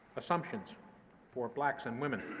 assumptions for blacks and women,